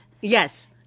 Yes